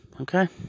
okay